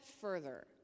further